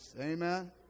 amen